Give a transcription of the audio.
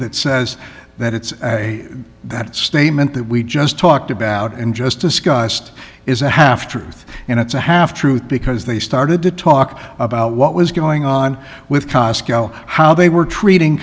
that says that it's that statement that we just talked about and just discussed is a half truth and it's a half truth because they started to talk about what was going on with cosco how they were treating